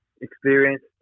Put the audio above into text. experience